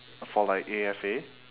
for like A_F_A